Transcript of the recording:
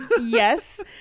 yes